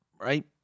right